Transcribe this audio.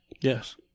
Yes